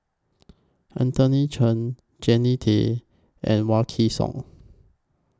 Anthony Chen Jannie Tay and Wykidd Song